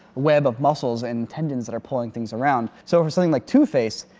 web of muscles and tendons that are pulling things around. so for something like two-face,